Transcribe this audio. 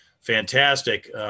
fantastic